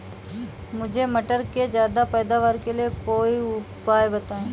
मुझे मटर के ज्यादा पैदावार के लिए कोई उपाय बताए?